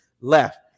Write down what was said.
left